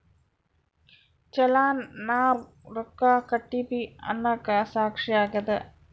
ಚಲನ್ ನಾವ್ ರೊಕ್ಕ ಕಟ್ಟಿವಿ ಅನ್ನಕ ಸಾಕ್ಷಿ ಆಗ್ಯದ